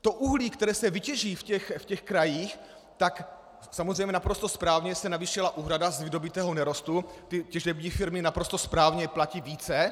To uhlí, které se vytěží v těch krajích tak samozřejmě naprosto správně se navýšila úhrada z vydobytého nerostu, těžební firmy naprosto správně platí více.